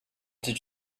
did